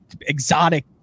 exotic